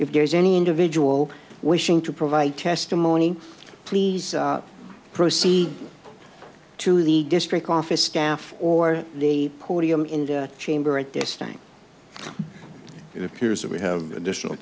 if there's any individual wishing to provide testimony please proceed to the district office staff or the podium in the chamber at this time it appears that we have additional